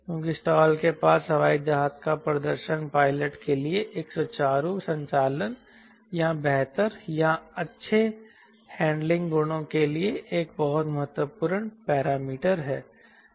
क्योंकि स्टॉल के पास हवाई जहाज का प्रदर्शन पायलट के लिए एक सुचारू संचालन या बेहतर या अच्छे हैंडलिंग गुणों के लिए एक बहुत महत्वपूर्ण पैरामीटर है